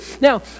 Now